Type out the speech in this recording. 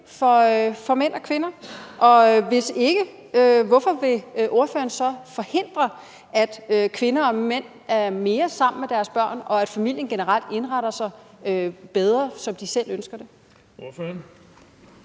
for mænd og kvinder? Hvis ikke, hvorfor vil ordføreren så forhindre, at kvinder og mænd er mere sammen med deres børn, og at familien generelt indretter sig bedre, som de selv ønsker det? Kl.